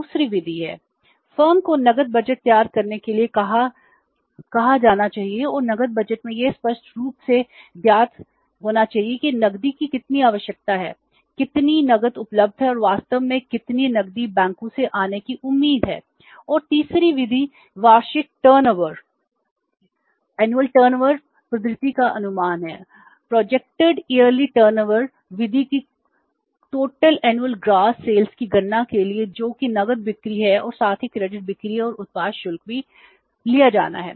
दूसरा तरीका नकद बजट विधि है यह कार्यशील पूंजी वित्त की गणना के लिए जो कि नकद बिक्री है और साथ ही क्रेडिट बिक्री और उत्पाद शुल्क भी लिया जाना है